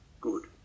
good